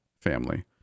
family